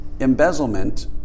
embezzlement